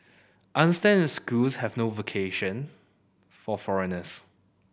I understand if schools have no vacation for foreigners